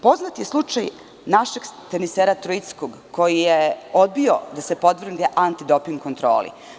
Poznat je slučaj našeg tenisera Troickog, koji je odbio da se podvrgne antidoping kontroli.